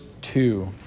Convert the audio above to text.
two